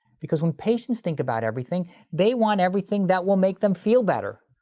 because when patients think about everything they want everything that will make them feel better.